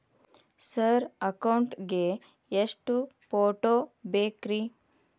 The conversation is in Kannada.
ಸರ್ ಅಕೌಂಟ್ ಗೇ ಎಷ್ಟು ಫೋಟೋ ಬೇಕ್ರಿ?